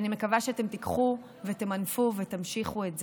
אני מקווה שאתם תיקחו, תמנפו ותמשיכו את זה,